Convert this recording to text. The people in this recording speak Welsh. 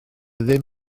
ddim